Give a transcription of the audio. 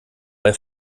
bei